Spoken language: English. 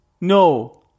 No